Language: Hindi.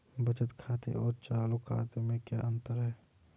बचत खाते और चालू खाते में क्या अंतर है?